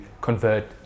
convert